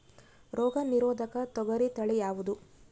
ರೋಗ ನಿರೋಧಕ ತೊಗರಿ ತಳಿ ಯಾವುದು?